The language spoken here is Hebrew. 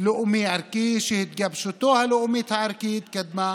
לאומי ערכי, שהתגבשותו הלאומית הערכית קדמה